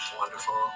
wonderful